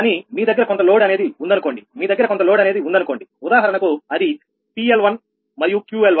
కానీ మీ దగ్గర కొంత లోడ్ అనేది ఉందనుకోండిమీ దగ్గర కొంత లోడ్ అనేది ఉందనుకోండి ఉదాహరణకు అది 𝑃𝐿1 మరియు 𝑄𝐿1